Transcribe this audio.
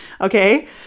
okay